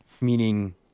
meaning